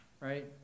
Right